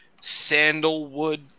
sandalwood